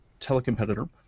Telecompetitor